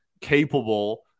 capable